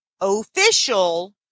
official